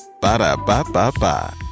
Ba-da-ba-ba-ba